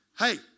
Hey